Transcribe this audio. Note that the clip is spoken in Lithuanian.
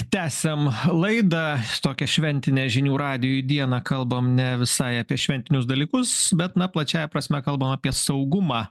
tęsiam laidą tokią šventinę žinių radijui dieną kalbam ne visai apie šventinius dalykus bet na plačiąja prasme kalbam apie saugumą